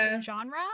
genre